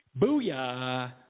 Booyah